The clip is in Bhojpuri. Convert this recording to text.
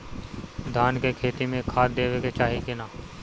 धान के खेती मे खाद देवे के चाही कि ना?